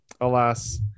Alas